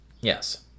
Yes